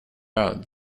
out